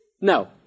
No